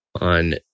on